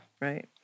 right